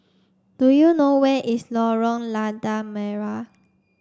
do you know where is Lorong Lada Merah